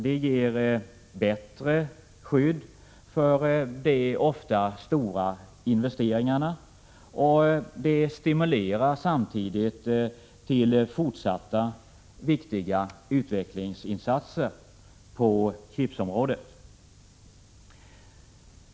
Det ger bättre skydd för de ofta stora investeringarna och stimulerar samtidigt till fortsatta viktiga utvecklingsinsatser på chipsområdet.